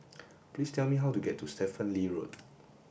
please tell me how to get to Stephen Lee Road